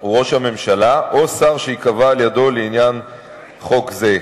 הוא ראש הממשלה או שר שייקבע על-ידו לעניין חוק זה.